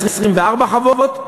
24 חוות,